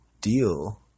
deal